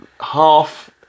half